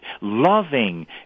loving